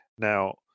Now